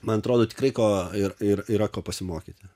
man atrodo tikrai ko ir ir yra ko pasimokyti